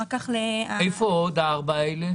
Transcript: אחר כך --- איפה עוד הארבע האלה?